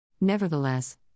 Nevertheless